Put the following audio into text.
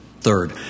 Third